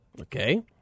okay